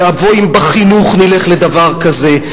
ואבוי אם בחינוך נלך לדבר כזה,